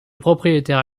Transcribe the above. propriétaire